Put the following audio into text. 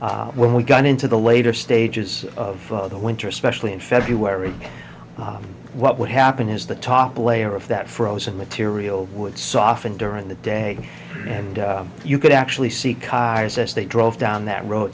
happening when we got into the later stages of the winter especially in february what would happen is the top layer of that frozen material would soften during the day and you could actually see cars as they drove down that road